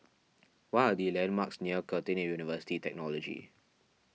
what are the landmarks near Curtin University Technology